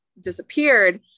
disappeared